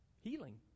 Healing